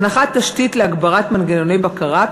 הנחת תשתית להגברת מנגנוני בקרה,